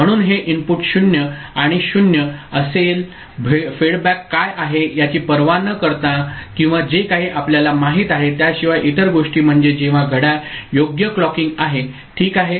म्हणून हे इनपुट 0 आणि 0 असेल फेडबॅक काय आहे याची पर्वा न करता किंवा जे काही आपल्याला माहित आहे त्याशिवाय इतर गोष्टी म्हणजे जेव्हा घड्याळ योग्य क्लॉकिंग आहे ठीक आहे